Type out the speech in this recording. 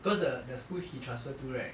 because the the school he transferred to right